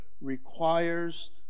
requires